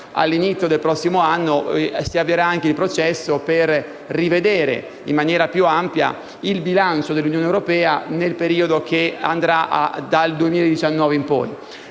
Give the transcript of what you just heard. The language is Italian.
all'inizio del prossimo anno si avvierà il processo per rivedere in maniera più ampia il bilancio dell'Unione europea nel periodo che andrà dal 2019 in poi.